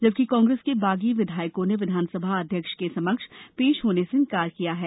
जबकि कांग्रेस के बागी विधायकों ने विधानसभा अध्यक्ष के समक्ष पेश होने से इन्कार किया है